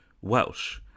Welsh